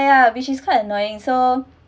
ya which is quite annoying so